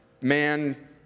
man